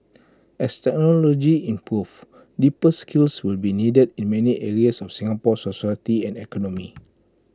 as technology improves deeper skills will be needed in many areas of Singapore's society and economy